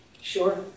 Sure